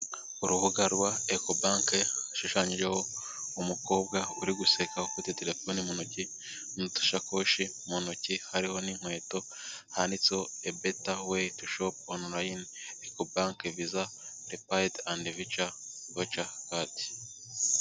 Urubuga rwa eco bank hashushanyijeho umukobwa uri guseka ufite telefoni mu ntoki nu dushakoshi mu ntoki hariho n'inkweto handitse a better way to shop online ecobank visa prepaid and virtuar card.